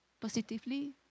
positively